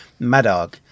Madog